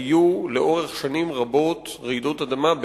היו לאורך שנים רבות רעידות אדמה,